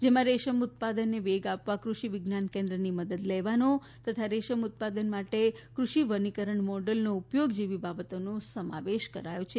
જેમાં રેશમ ઉત્પાદનને વેગ આપવા ક઼ષિ વિજ્ઞાન કેન્દ્રની મદદ લેવાનો તથા રેશમ ઉત્પાદન માટે કૃષિ વનીકરણ મોડેલનો ઉપયોગ જેવી બાબતોનો સમાવેશ કરાયો છે